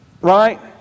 Right